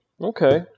Okay